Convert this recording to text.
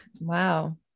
Wow